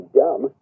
dumb